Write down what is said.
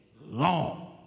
long